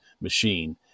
machine